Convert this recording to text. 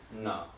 No